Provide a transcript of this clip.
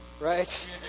right